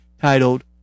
titled